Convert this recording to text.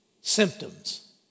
symptoms